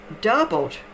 doubled